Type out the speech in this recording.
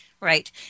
Right